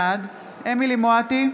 בעד אמילי חיה מואטי,